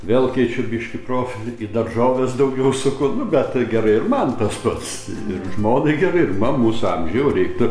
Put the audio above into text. vėl keičiu biškį profilį daržoves daugiau suku nu bet tai gerai ir man tas pats ir žmonai gerai ir man mūsų amžiuj jau reiktų